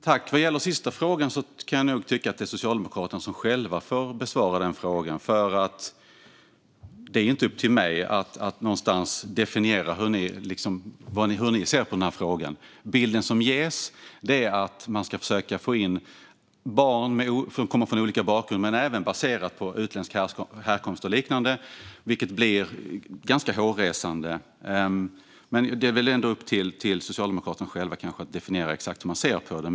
Fru talman! Jag kan tycka att Socialdemokraterna själva får besvara den sista frågan. Det är inte upp till mig att definiera hur de ser på den frågan. Bilden som ges är att man ska försöka få in barn med olika bakgrunder men även baserat på utländsk härkomst och liknande. Det blir ganska hårresande. Men det är väl ändå upp till Socialdemokraterna själva att definiera exakt hur de ser på det.